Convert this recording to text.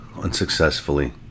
unsuccessfully